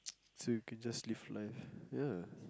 so you can just live life ya